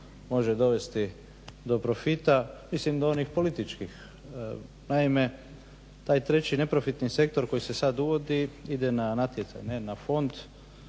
može dovesti do profita, mislim da onih političkih. Naime, taj treći neprofitni sektor koji se sada uvodi ide na … ne na fond,